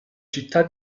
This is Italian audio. città